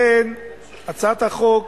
הצעת החוק